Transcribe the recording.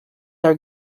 are